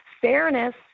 Fairness